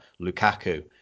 Lukaku